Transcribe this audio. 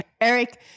Eric